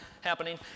happening